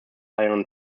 ion